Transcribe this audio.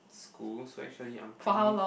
school so actually I'm pretty